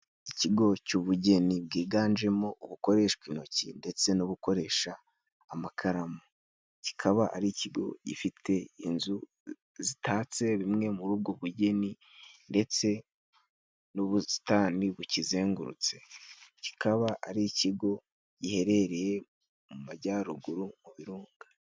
Ikigo cy'ubugeni bwiganjemo ubukoreshwa intoki ndetse n'ubukoresha amakaramu ,kikaba ari ikigo gifite inzu zitatse bimwe muri ubwo bugeni ndetse n'ubusitani bukizengurutse, kikaba ari ikigo giherereye mu majyaruguru mu birunga.